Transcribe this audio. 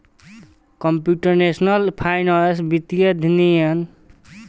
computational finance वित्तीय अध्ययन खातिर संगणकीय प्रयोग से संबंधित विषय ह